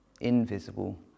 invisible